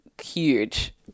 huge